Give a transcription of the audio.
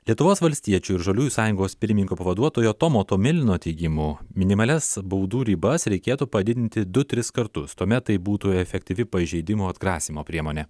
lietuvos valstiečių ir žaliųjų sąjungos pirmininko pavaduotojo tomo tomilino teigimu minimalias baudų ribas reikėtų padidinti du tris kartus tuomet tai būtų efektyvi pažeidimo atgrasymo priemonė